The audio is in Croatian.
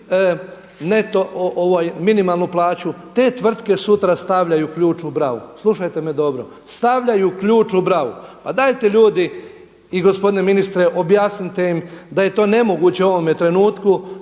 neto, minimalnu plaću te tvrtke sutra stavljaju ključ u bravu. Slušajte me dobro, stavljaju ključ u bravu. Pa dajte ljudi i gospodine ministre objasnite im da je to nemoguće u ovome trenutku